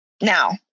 Now